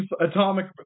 atomic